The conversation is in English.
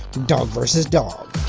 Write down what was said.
dog vs. dog.